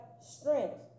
strength